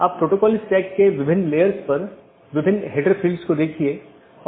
यदि स्रोत या गंतव्य में रहता है तो उस विशेष BGP सत्र के लिए ट्रैफ़िक को हम एक स्थानीय ट्रैफ़िक कहते हैं